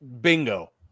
Bingo